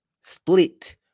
split